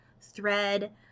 thread